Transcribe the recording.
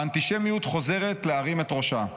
האנטישמיות חוזרת להרים את ראשה.